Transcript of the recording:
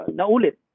naulit